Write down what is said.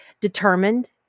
determined